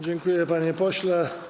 Dziękuję, panie pośle.